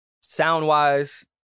sound-wise